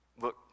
look